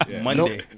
Monday